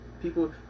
people